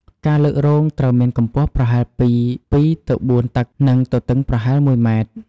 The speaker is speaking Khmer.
ការលើករងត្រូវមានកម្ពស់ប្រហែលពី ២ ទៅ ៤ តឹក និងទទឹងប្រហែល ១ ម៉ែត្រ។